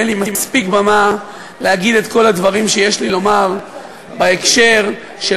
ותהיה לי במה להגיד את כל הדברים שיש לי לומר בהקשר של